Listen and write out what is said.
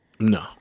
No